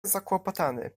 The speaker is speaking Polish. zakłopotany